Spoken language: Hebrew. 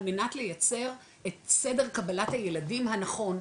על מנת לייצר את סדר קבלת הילדים הנכון,